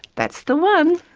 that's the one!